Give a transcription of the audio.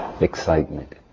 excitement